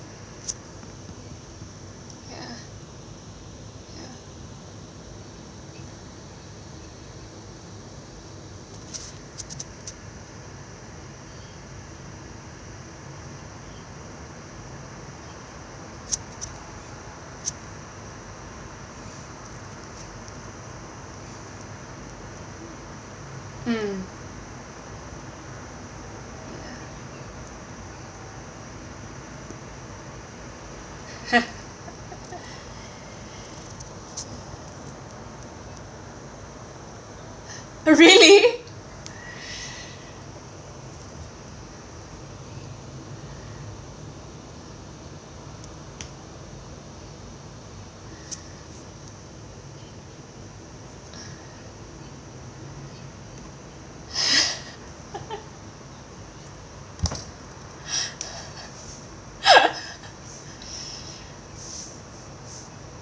mm really